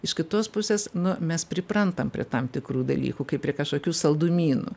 iš kitos pusės nu mes priprantam prie tam tikrų dalykų kai prie kažkokių saldumynų